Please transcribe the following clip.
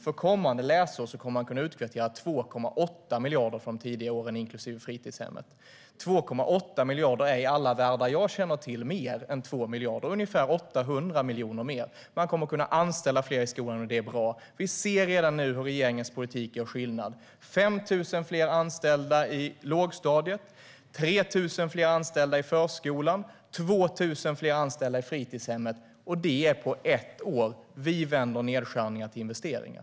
För kommande läsår kommer skolorna att kunna utkvittera 2,8 miljarder för elever under de tidiga åren, inklusive fritidshemmen. 2,8 miljarder är i alla världar som jag känner till mer än 2 miljarder - 800 miljoner mer. Man kommer att kunna anställa fler i skolan. Det är bra. Vi ser redan nu att regeringens politik gör skillnad. Det är 5 000 fler anställda i lågstadiet, 3 000 fler anställda i förskolan och 2 000 fler anställda i fritidshemmen - och det har skett på ett år. Vi vänder nedskärningar till investeringar.